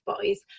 boys